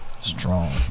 Strong